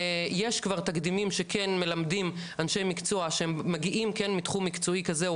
יש כבר תקדימים שכן מלמדים אנשי מקצוע שהם מגיעים כן מתחום מקצועי זה,